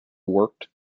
worked